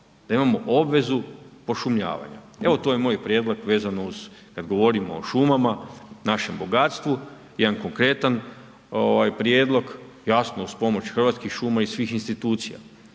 da imamo obvezu pošumljavanja. Evo to je moj prijedlog vezano uz kad govorimo o šumama, našem bogatstvu, jedan konkretan prijedlog, jasno uz pomoć Hrvatskih šuma i svih institucija